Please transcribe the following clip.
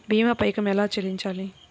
భీమా పైకం ఎలా చెల్లించాలి?